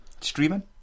streaming